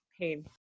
pain